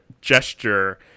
gesture